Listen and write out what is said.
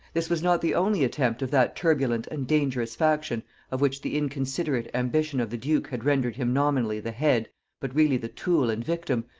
this was not the only attempt of that turbulent and dangerous faction of which the inconsiderate ambition of the duke had rendered him nominally the head but really the tool and victim,